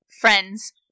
Friends